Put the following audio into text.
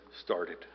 started